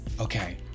Okay